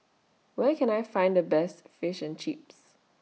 Where Can I Find The Best Fish and Chips